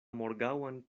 morgaŭan